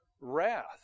wrath